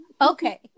okay